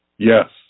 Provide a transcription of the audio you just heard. Yes